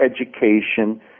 education